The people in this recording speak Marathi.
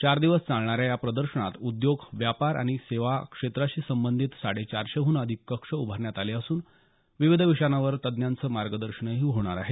चार दिवस चालणाऱ्या या प्रदर्शनात उद्योग व्यापार आणि सेवा क्षेत्राशी संबंधित साडे चारशेहून अधिक कक्ष उभारण्यात आले असून विविध विषयांवर तज्ज्ञांचं मार्गदर्शनही होणार आहे